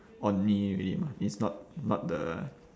or it's not not the